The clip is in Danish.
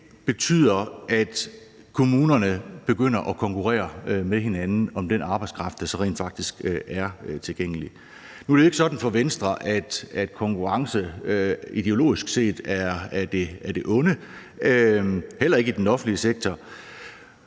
det betyder, at kommunerne begynder at konkurrere med hinanden om den arbejdskraft, der så rent faktisk er tilgængelig. Nu er det ikke sådan for Venstre, at konkurrence ideologisk set er af det onde, heller ikke i den offentlige sektor,